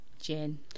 gin